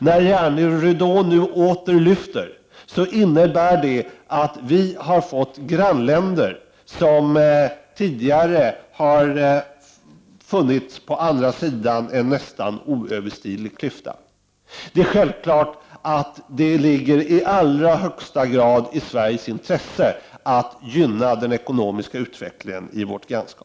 När järnridån nu åter lyfts innebär det att Sverige har fått grannländer som tidigare har funnits på andra sidan en nästan oöverstiglig klyfta. Det ligger självfallet i allra högsta grad i Sveriges intresse att gynna den ekonomiska utvecklingen i Sveriges grannskap.